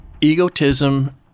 egotism